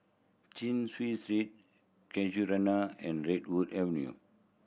Chin Chew Street Casuarina and Redwood Avenue